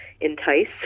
entice